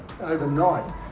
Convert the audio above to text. overnight